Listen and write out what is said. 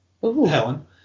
Helen